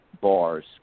bars